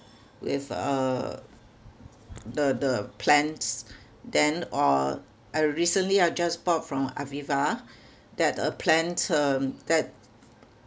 with uh the the plans then or I recently I just bought from Aviva that a plan term that